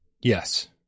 Yes